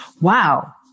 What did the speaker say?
Wow